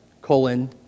colon